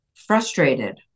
frustrated